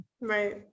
Right